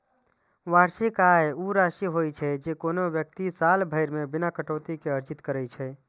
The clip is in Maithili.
वार्षिक आय ऊ राशि होइ छै, जे कोनो व्यक्ति साल भरि मे बिना कटौती के अर्जित करै छै